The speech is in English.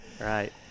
Right